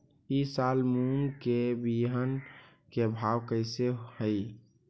ई साल मूंग के बिहन के भाव कैसे हई?